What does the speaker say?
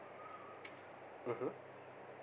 (uh huh)